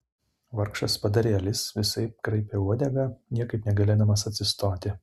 vargšas padarėlis visaip kraipė uodegą niekaip negalėdamas atsistoti